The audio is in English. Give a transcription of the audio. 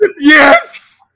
Yes